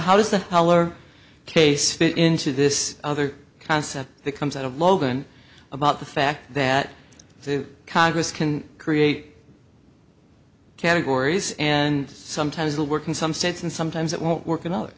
how does the heller case fit into this other concept that comes out of logan about the fact that the congress can create categories and sometimes they work in some states and sometimes it won't work in o